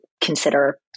consider